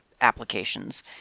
applications